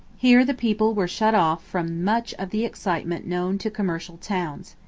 here the people were shut off from much of the excitement known to commercial towns.